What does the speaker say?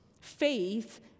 Faith